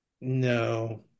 No